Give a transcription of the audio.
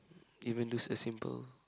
even do the simple